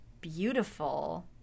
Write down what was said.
beautiful